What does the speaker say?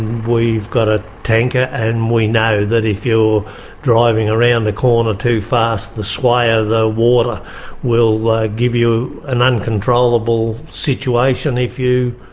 we've got a tanker, and we know that if you're driving around a corner too fast, the sway of the water will like give you an uncontrollable situation if you